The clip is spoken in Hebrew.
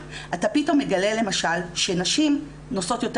אתה פתאום מגלה למשל שנשים נוסעות יותר